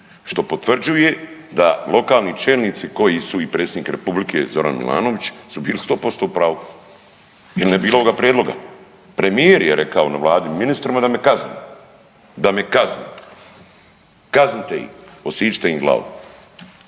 što potvrđuje da lokalni čelnici koji su i Predsjednik Republike Zoran Milanović su bili 100% u pravu jer ne bi bilo ovoga prijedloga. Premijer je rekao na vladi ministrima da me kazne, da me kazne, kaznite ih, odsičite im glavu.